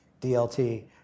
DLT